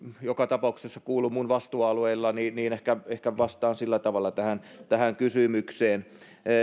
joka tapauksessa kuulu minun vastuualueelleni joten ehkä vastaan sillä tavalla tähän tähän kysymykseen